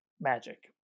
magic